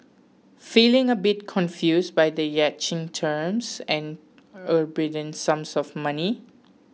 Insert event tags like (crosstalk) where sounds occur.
feeling a bit confused by the yachting terms and (unintelligible) sums of money